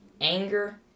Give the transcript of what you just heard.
anger